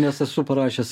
nes esu parašiusi